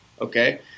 okay